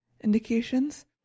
indications